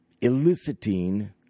eliciting